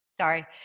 Sorry